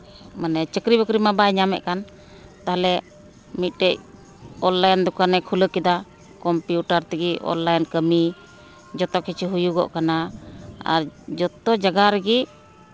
ᱢᱟᱱᱮ ᱪᱟᱹᱠᱨᱤ ᱵᱟᱹᱠᱨᱤ ᱢᱟ ᱵᱟᱭ ᱧᱟᱢᱮᱫ ᱠᱟᱱ ᱛᱟᱦᱞᱮ ᱢᱤᱫᱴᱮᱱ ᱚᱱᱞᱟᱭᱤᱱ ᱫᱚᱠᱟᱱᱮ ᱠᱷᱩᱞᱟᱹᱣ ᱠᱮᱫᱟ ᱠᱚᱢᱯᱤᱭᱩᱴᱟᱨ ᱛᱮᱜᱮ ᱚᱱᱞᱟᱭᱤᱱ ᱠᱟᱹᱢᱤ ᱡᱚᱛᱚ ᱠᱤᱪᱷᱩ ᱦᱩᱭᱩᱜᱚᱜ ᱠᱟᱱᱟ ᱟᱨ ᱡᱚᱛᱚ ᱡᱟᱭᱜᱟ ᱨᱮᱜᱮ